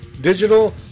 digital